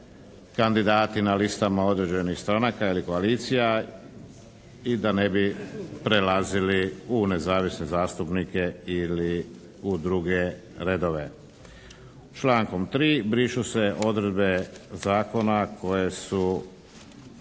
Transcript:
kandidati na listama određenih stranaka ili koalicija i da ne bi prelazili u nezavisne zastupnike ili u druge redove. Člankom 3. brišu se odredbe zakona koje su